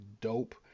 dope